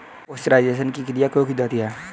Pasteurisation की क्रिया क्यों की जाती है?